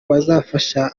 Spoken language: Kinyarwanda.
bazafasha